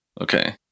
Okay